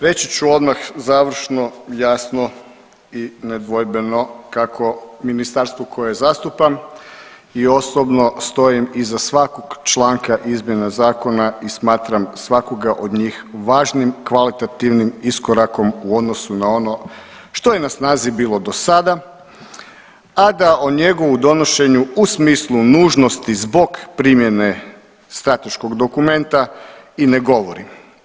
Reći ću odmah završno, jasno i nedvojbeno kako ministarstvo koje zastupan i osobno stojim iza svakog članka izmjene zakona i smatram svakoga od njih važnim i kvalitativnim iskorakom u odnosu na ono što je na snazi bilo do sada, a da o njegovu donošenju u smislu nužnosti zbog primjene strateškog dokumenta i ne govorim.